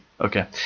Okay